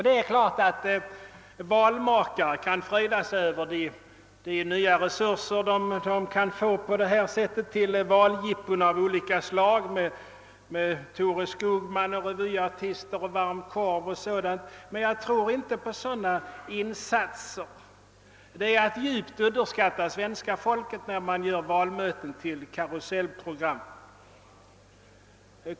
Det är klart att valmakare kan fröjdas över de: nya resurser de på detta sätt får till valjippon av olika slag med Thore Skogman, revyartister, varm korv och . sådant, men jag tror inte på. den politiska betydelsen av sådana insatser. Man underskattar grovt svenska folket när man. gör valmöten till karusellprogram.